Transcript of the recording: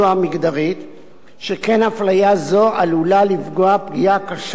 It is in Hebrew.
שכן אפליה זו עלולה לפגוע פגיעה קשה בכבודו של האדם,